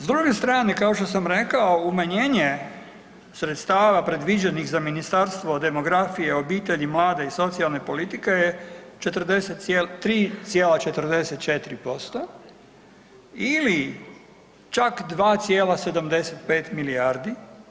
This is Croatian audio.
S druge strane kao što sam rekao umanjenje sredstava predviđenih za Ministarstvo demografije, obitelji, mlade i socijalne politike je 43,44% ili čak 2,75 milijardi.